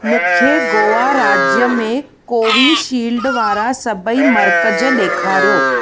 मुखे गोआ राज्य में कोवीशील्ड वारा सभई मर्कज़ ॾेखारियो